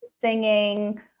singing